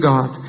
God